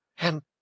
And